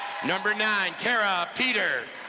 number nine, kara peter.